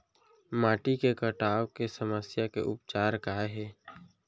माटी के कटाव के समस्या के उपचार काय हे?